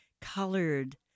colored